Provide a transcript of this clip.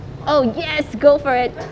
oh yes go for it